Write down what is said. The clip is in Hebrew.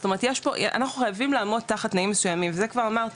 זאת אומרת אנחנו חייבים לעמוד תחת תנאים מסוימים ואת זה כבר אמרתי.